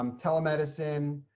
um telemedicine,